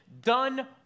done